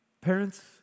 Parents